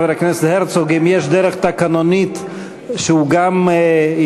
חבר הכנסת הרצוג, אם יש דרך תקנונית שגם הוא יברך.